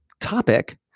topic